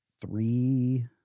three